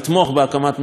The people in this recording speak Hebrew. מפעל בדרום,